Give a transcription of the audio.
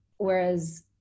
whereas